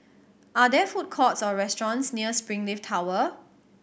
are there food courts or restaurants near Springleaf Tower